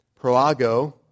Proago